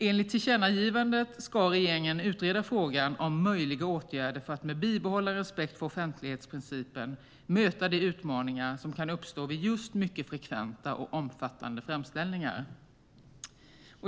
Enligt tillkännagivandet ska regeringen utreda frågan om möjliga åtgärder för att med bibehållen respekt för offentlighetsprincipen möta de utmaningar som kan uppstå vid just mycket frekventa och omfattande framställningar.